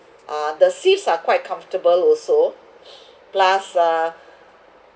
uh the seats are quite comfortable also plus uh